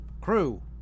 Crew